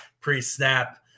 pre-snap